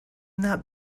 that